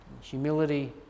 Humility